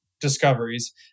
discoveries